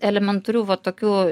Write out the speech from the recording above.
elementarių va tokių